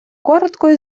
коротко